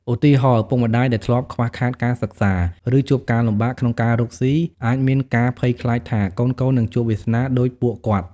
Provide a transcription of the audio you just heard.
ឧទាហរណ៍ ឪពុកម្ដាយដែលធ្លាប់ខ្វះខាតការសិក្សា ឬជួបការលំបាកក្នុងការរកស៊ី អាចមានការភ័យខ្លាចថា កូនៗនឹងជួបវាសនាដូចពួកគាត់។